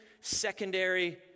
secondary